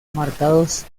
marcados